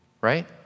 right